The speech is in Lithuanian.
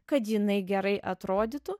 kad jinai gerai atrodytų